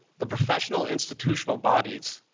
the professional institutional bodies,